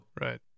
Right